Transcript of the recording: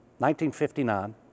1959